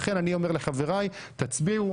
לכן אני אומר לחבריי: תצביעו,